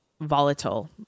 volatile